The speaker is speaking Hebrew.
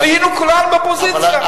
היינו כולנו באופוזיציה.